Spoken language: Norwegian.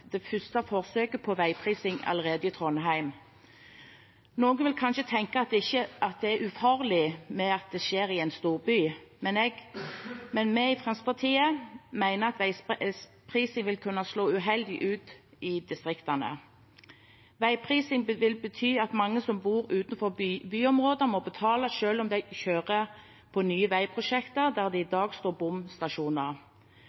det første forsøket på veiprising allerede, i Trondheim. Noen vil kanskje tenke at det er ufarlig, i og med at det skjer i en storby, men vi i Fremskrittspartiet mener at veiprising vil kunne slå uheldig ut i distriktene. Veiprising vil bety at mange som bor utenfor byområdene, må betale, selv om de kjører på nye veiprosjekter der det i